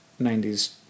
90s